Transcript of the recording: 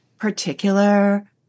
particular